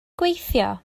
gweithio